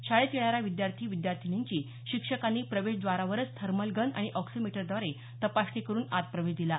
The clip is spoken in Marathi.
शाळेत येणाऱ्या विद्यार्थी विद्यार्थिनींची शिक्षकांनी प्रवेशद्वारावरच थर्मलगन आणि ऑक्सिमीटरद्वारे तपासणी करून आत प्रवेश दिला